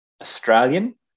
Australian